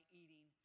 eating